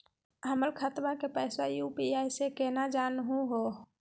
हमर खतवा के पैसवा यू.पी.आई स केना जानहु हो?